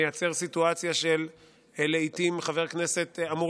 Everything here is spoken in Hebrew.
מייצר סיטואציה שלעיתים חבר כנסת אמור